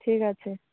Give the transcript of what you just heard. ঠিক আছে